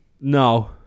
no